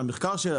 המחקר שלנו,